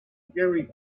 gary